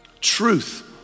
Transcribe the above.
Truth